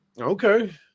Okay